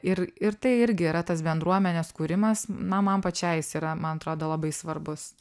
ir ir tai irgi yra tas bendruomenės kūrimas na man pačiai jis yra man atrodo labai svarbus